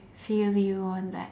feel you on that